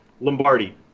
Lombardi